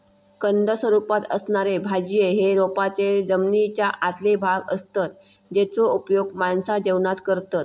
कंद स्वरूपात असणारे भाज्ये हे रोपांचे जमनीच्या आतले भाग असतत जेचो उपयोग माणसा जेवणात करतत